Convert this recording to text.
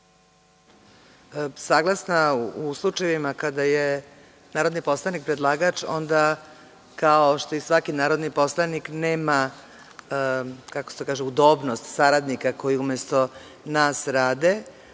Saglasna. U slučajevima kada je narodni poslanik predlagač onda kao što i svaki narodni poslanik nema udobnost saradnika koji umesto nas rade,